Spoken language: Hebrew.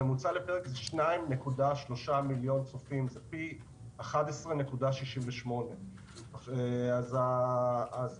הממוצע לפרק הוא 2.3 מיליון צופים פי 11.68. בעיננו,